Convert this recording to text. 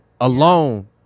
alone